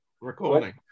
recording